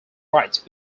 rights